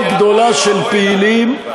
מאוד גדולה של פעילים,